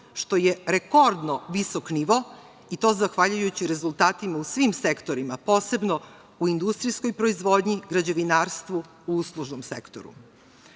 što je rekordno visok nivo i to zahvaljujući rezultatima u svim sektorima, posebno u industrijskoj proizvodnji, građevinarstvu i uslužnom sektoru.